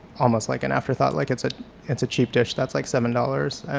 almost like an afterthought, like it's ah it's a cheap dish, that's like seven dollars. and